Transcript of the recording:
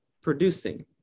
producing